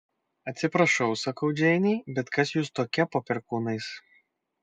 atsiprašau sakau džeinei bet kas jūs tokia po perkūnais